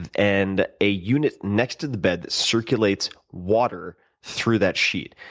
and and a unit next to the bed circulates water through that sheet.